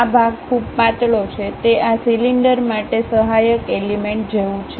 આ ભાગ ખૂબ પાતળો છે તે આ સિલિન્ડર માટે સહાયક એલિમેન્ટ જેવું છે